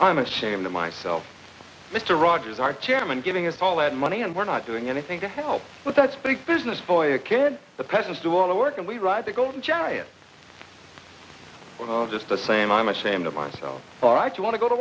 i'm ashamed of myself mr rogers our chairman giving us all that money and we're not doing anything to help but that's big business boy a kid the presidents do all the work and we ride the golden chariot just the same i'm ashamed of myself for i too want to go to